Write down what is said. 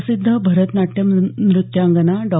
प्रसिद्ध भरतनाट्यम नृत्यांगना डॉ